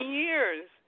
years